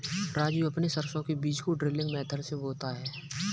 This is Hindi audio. राजू अपने सरसों के बीज को ड्रिलिंग मेथड से बोता है